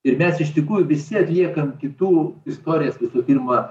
ir mes iš tikrųjų visi atliekam kitų istorijas visų pirma